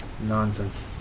nonsense